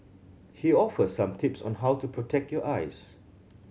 he offers some tips on how to protect your eyes